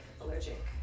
allergic